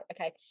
okay